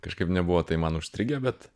kažkaip nebuvo tai man užstrigę bet